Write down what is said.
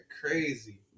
crazy